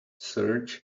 search